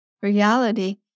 reality